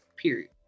Period